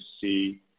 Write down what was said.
see